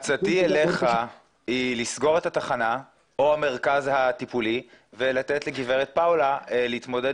עצתי אליך היא לסגור את התחנה או המרכז הטיפולי ולתת לגברת פאולה להתמודד